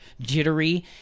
jittery